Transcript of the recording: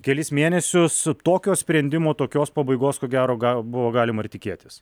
kelis mėnesius tokio sprendimo tokios pabaigos ko gero gal buvo galima ir tikėtis